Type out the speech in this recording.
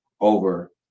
over